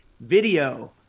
video